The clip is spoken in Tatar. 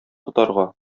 тотарга